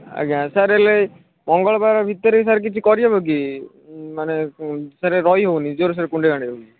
ଆଜ୍ଞା ସାର୍ ଏଇଲେ ମଙ୍ଗଳବାର ଭିତରେ ସାର୍ କିଛି କରି ହେବ କି ମାନେ ସାର୍ ରହି ହେଉନି ଜୋର୍ ସେ କୁଣ୍ଡେଇ କାଣ୍ଡେଇ ହେଉଛି